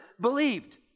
believed